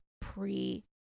pre-